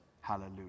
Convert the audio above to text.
Hallelujah